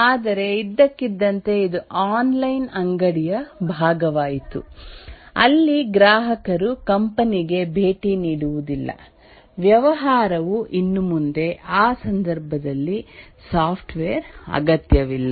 ಆದರೆ ಇದ್ದಕ್ಕಿದ್ದಂತೆ ಇದು ಆನ್ಲೈನ್ ಅಂಗಡಿಯ ಭಾಗವಾಯಿತು ಅಲ್ಲಿ ಗ್ರಾಹಕರು ಕಂಪನಿ ಗೆ ಭೇಟಿ ನೀಡುವುದಿಲ್ಲ ವ್ಯವಹಾರವು ಇನ್ನು ಮುಂದೆ ಆ ಸಂದರ್ಭದಲ್ಲಿ ಸಾಫ್ಟ್ವೇರ್ ಅಗತ್ಯವಿಲ್ಲ